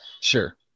sure